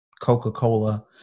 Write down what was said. Coca-Cola